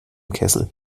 kessel